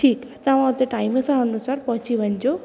ठीकु तव्हां हुते टाइम सां अनुसार पहुची वञिजो